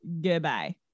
Goodbye